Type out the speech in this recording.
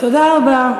תודה רבה.